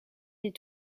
des